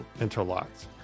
interlocked